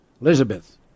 Elizabeth